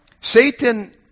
Satan